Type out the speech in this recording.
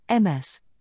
MS